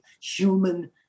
human